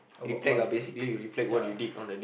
about what they think yeah